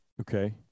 Okay